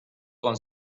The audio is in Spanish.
con